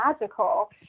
magical